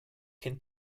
can